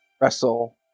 wrestle